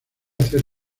hacer